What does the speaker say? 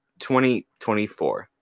2024